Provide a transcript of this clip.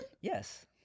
Yes